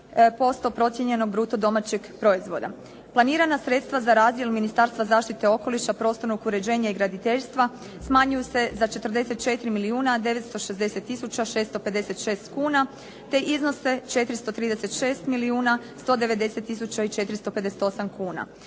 3,3% procijenjenog bruto domaćeg proizvoda. Planirana sredstva za razdjel Ministarstva zaštite okoliša, prostornog uređenja i graditeljstva smanjuju se za 44 milijuna 960 tisuća 656 kuna